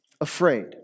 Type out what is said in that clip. afraid